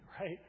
right